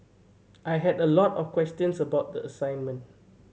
I had a lot of questions about the assignment